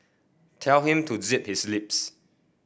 tell him to zip his lips